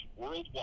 worldwide